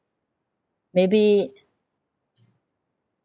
maybe